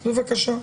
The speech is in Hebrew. בבקשה.